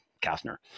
Kastner